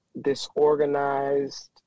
disorganized